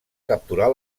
capturar